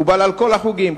מקובל על כל החוגים,